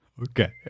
Okay